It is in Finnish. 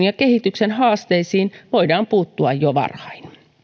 ja kehityksen haasteisiin voidaan puuttua jo varhain